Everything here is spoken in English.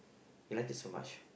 we like it so much